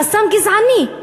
חסם גזעני,